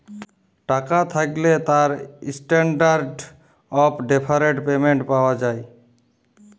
টাকা থ্যাকলে তার ইসট্যানডারড অফ ডেফারড পেমেন্ট পাওয়া যায়